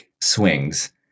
swings